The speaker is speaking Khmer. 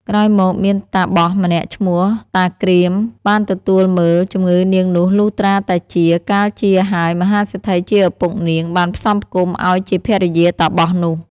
ក្រោយមកមានតាបសម្នាក់ឈ្មោះតា គ្រាម បានទទួលមើល ជំងឺនាងនោះលុះត្រាតែជា កាលជាហើយ មហាសេដ្ឋីជាឪពុកនាង បានផ្សំផ្គុំឱ្យជាភរិយាតាបសនោះ ។